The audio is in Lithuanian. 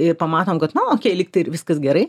ir pamatom kad nu okei lygtai ir viskas gerai